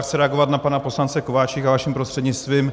Já chci reagovat na pana poslance Kováčika vaším prostřednictvím.